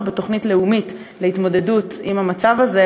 בתוכנית לאומית להתמודדות עם המצב הזה,